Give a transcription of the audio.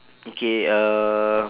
okay uh